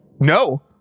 no